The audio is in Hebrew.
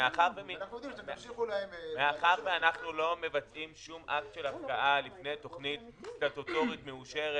מאחר ואנחנו לא מבצעים שום אקט של הפקעה לפני תוכנית סטטוטורית מאושרת,